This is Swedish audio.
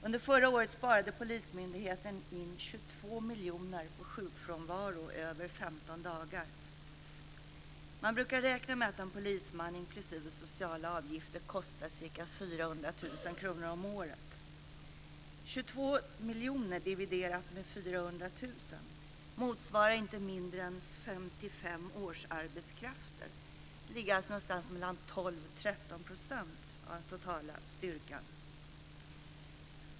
Under förra året sparade polismyndigheten in 22 miljoner på sjukfrånvaro längre än 15 dagar. Man brukar räkna med att en polisman, inklusive sociala avgifter, kostar ca 400 000 motsvarar inte mindre än 55 årsarbetskrafter, alltså någonstans mellan 12 och 13 % av den totala styrkan.